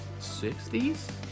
60s